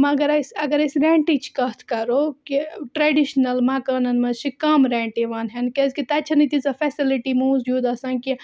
مگر اَسہِ اگر اَسہِ رٮ۪نٛٹٕچ کَتھ کَرو کہِ ٹرٛیڈِشنَل مکانَن منٛز چھِ کَم رٮ۪نٛٹ یِوان ہٮ۪نہٕ کیٛازِکہِ تَتہِ چھَنہٕ تیٖژاہ فیسَلٕٹی موٗجوٗد آسان کہِ